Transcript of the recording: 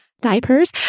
Diapers